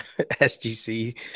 SGC